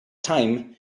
time